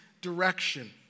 direction